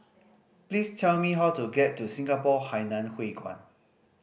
please tell me how to get to Singapore Hainan Hwee Kuan